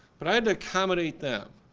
but i had to accommodate them.